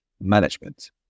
management